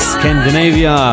Scandinavia